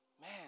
man